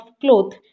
cloth